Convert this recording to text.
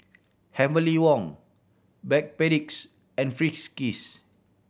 Heavenly Wang Backpedic's and Friskies